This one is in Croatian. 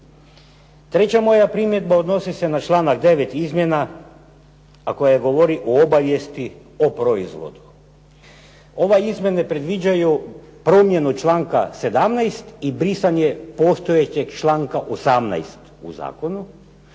Treća moja primjedba odnosi se na članak 9. izmjena a koja govori o obavijesti o proizvodu. Ove izmjene predviđaju promjenu članka 17. i brisanje postojećeg članka 18. u zakonu